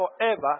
forever